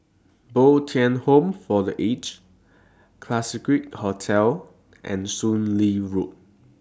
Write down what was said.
Bo Tien Home For The Aged Classique Hotel and Soon Lee Road